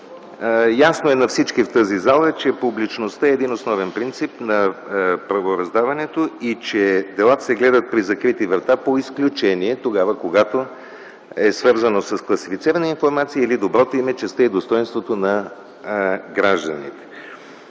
Ясно е на всички в тази зала, че публичността е един основен принцип на правораздаването и че делата се гледат при закрити врата по изключение – тогава, когато това е свързано с класифицирана информация или доброто име, честта и достойнството на гражданите,